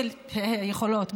יכולות?